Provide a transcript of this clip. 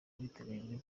biteganyijwe